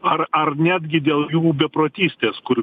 ar ar netgi dėl jų beprotystės kur